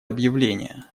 объявление